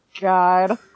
god